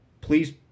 please